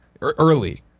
early